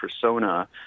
persona